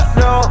no